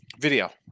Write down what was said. Video